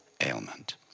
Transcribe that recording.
ailment